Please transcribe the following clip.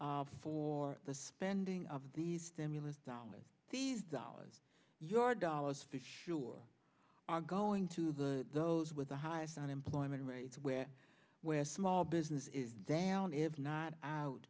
plan for the spending of these stimulus dollars these dollars your dollars fifty sure are going to the those with the highest unemployment rates where where small business is down if not out